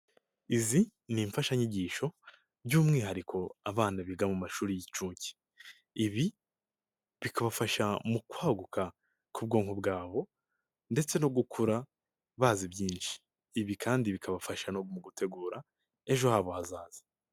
Izi ni imfashanyigisho by'umwihariko abana biga mu mashuri y'incuke, ibi bikabafasha mu kwaguka k'ubwonko bwabo ndetse no gukura bazi byinshi, ibi kandi bikabafasha mu gutegura ejo habo hazaza.